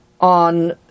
on